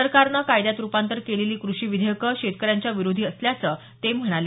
सरकारनं कायद्यात रुपांतर केलेली कृषी विधेयकं शेतकऱ्यांच्या विरोधी असल्याचं ते म्हणाले